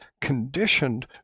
conditioned